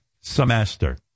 semester